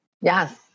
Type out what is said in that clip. Yes